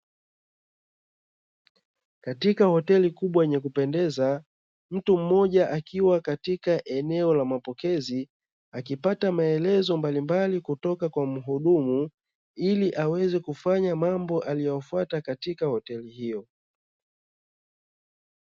Katika hoteli kubwa yenye kupendeza, mtu mmoja akiwa katika eneo la mapokezi akipata maelezo mbalimbali kutoka kwa muhudumu, ili aweze kufanya mambo aliyofuata katika hoteli hiyo.